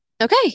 okay